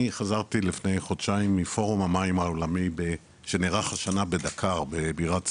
אני חזרתי לפני חודשיים מפורום המים העולמי שנערך השנה בדקר בירת סנגל,